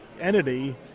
entity